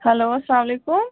hello السلام علیکُم